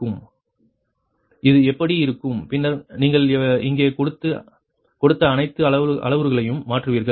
Q1k1nV1Vk|Y1k|sin θ1k 1k இது இப்படி இருக்கும் பின்னர் நீங்கள் இங்கே கொடுத்த அனைத்து அளவுருக்களையும் மாற்றுவீர்கள்